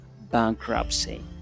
bankruptcy